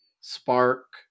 Spark